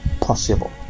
possible